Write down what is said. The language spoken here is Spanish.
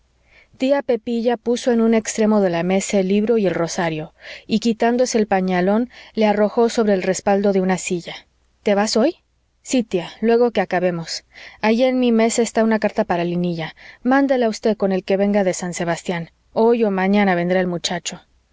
tía pepilla puso en un extremo de la mesa el libro y el rosario y quitándose el pañolón le arrojó sobre el respaldo de una silla te vas hoy sí tía luego que acabemos ahí en mi mesa está una carta para linilla mándela usted con el que venga de san sebastián hoy o mañana vendrá el muchacho